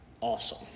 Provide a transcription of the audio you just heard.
Awesome